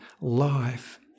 life